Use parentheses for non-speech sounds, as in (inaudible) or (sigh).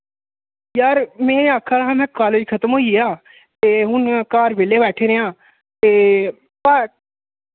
यार मैं आक्खा दा हा मैं कालेज खत्म होइया ते हु'न घर बेल्लै बैठे दे आं ते (unintelligible)